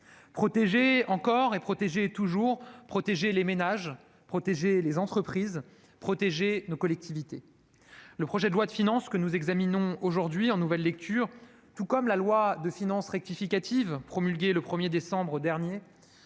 Protéger encore et protéger toujours : protéger les ménages, protéger les entreprises, protéger nos collectivités. Le projet de loi de finances que nous examinons aujourd'hui en nouvelle lecture, tout comme la loi de finances rectificative promulguée le 1 décembre dernier,